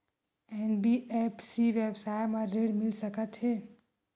NBFC व्यवसाय मा ऋण मिल सकत हे